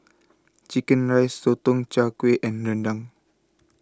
Chicken Rice Sotong Char Kway and Rendang